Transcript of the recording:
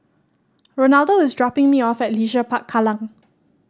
Ronaldo is dropping me off at Leisure Park Kallang